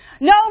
No